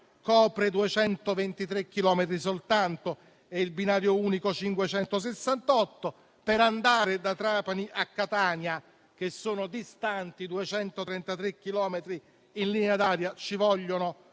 copre 223 chilometri soltanto e il binario unico 568; per andare da Trapani a Catania, che sono distanti 233 chilometri in linea d'aria, ci vogliono